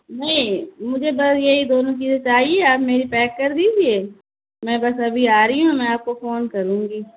نہیں مجھے بس یہی دونوں چیزیں چاہیے آپ میری پیک کر دیجیے میں بس ابھی آ رہی ہوں میں آپ کو فون کروں گی